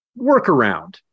workaround